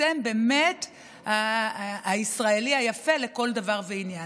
אתם באמת הישראלי היפה לכל דבר ועניין.